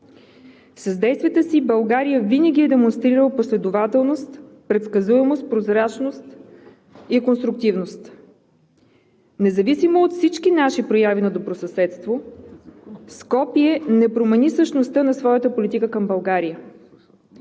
С действията си България винаги е демонстрирала последователност, предсказуемост, прозрачност и конструктивност. Независимо от всички наши прояви на добросъседство, Скопие не промени същността на своята политика към България.